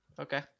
Okay